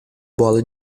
bola